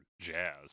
jazz